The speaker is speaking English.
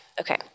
Okay